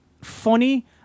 funny